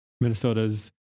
Minnesota's